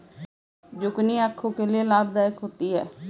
zucchini आंखों के लिए लाभदायक होती है